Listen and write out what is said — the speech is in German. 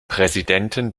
präsidenten